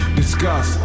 disgust